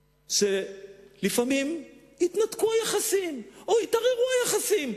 שלפעמים יתנתקו היחסים או יתערערו היחסים.